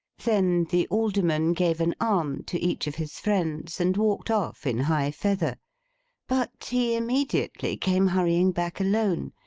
then the alderman gave an arm to each of his friends, and walked off in high feather but, he immediately came hurrying back alone,